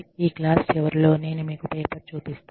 ఈ క్లాస్ చివరిలో నేను మీకు పేపర్ చూపిస్తాను